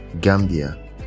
gambia